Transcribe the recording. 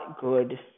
good